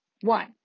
One